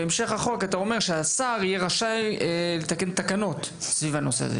בהמשך החוק אתה אומר שהשר יהיה רשאי לתקן תקנות סביב הנושא הזה,